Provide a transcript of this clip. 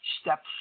Step